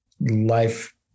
life